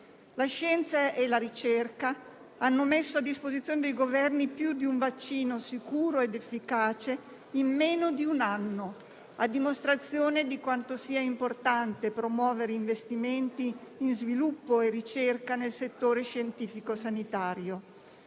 La scienza e la ricerca hanno messo a disposizione dei Governi più di un vaccino sicuro ed efficace in meno di un anno, a dimostrazione di quanto sia importante promuovere investimenti in sviluppo e ricerca nel settore scientifico sanitario.